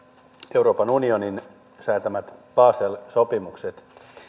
euroopan unionin säätämät basel sopimukset